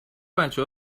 بچه